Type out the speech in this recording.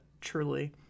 truly